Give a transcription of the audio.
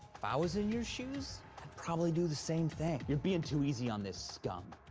if i was in your shoes, i'd probably do the same thing. you're being too easy on this, scum.